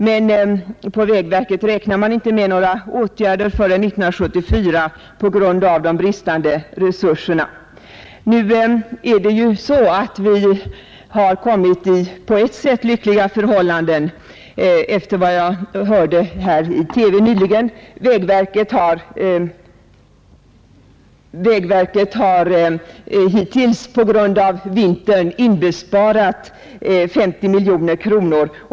Men på vägverket räknar man inte med några åtgärder förrän 1974 på grund av bristande resurser. Vi har emellertid, enligt vad jag hörde i TV nyligen, kommit i den rätt lyckliga situationen att vägverket hittills, tack vare den milda vintern, inbesparat 50 miljoner kronor.